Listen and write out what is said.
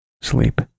sleep